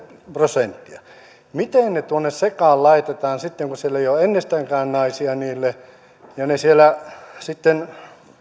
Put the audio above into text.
prosenttia miten heidät tuonne sekaan laitetaan sitten kun siellä ei ole ennestäänkään naisia heille ja he siellä sitten